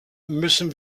müssen